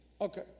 Okay